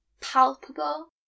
palpable